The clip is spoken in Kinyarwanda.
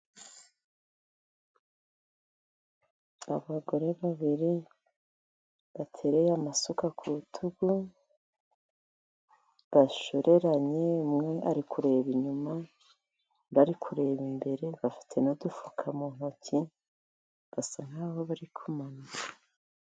Abagore babiri batereye amasuka ku rutugu bashoreranye. Umwe ari kureba inyuma, undi ari kureba imbere bafite n'udufuka mu ntoki basa nk'aho bari kumanuka.